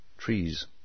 trees